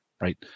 right